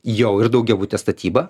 jau ir daugiabutė statyba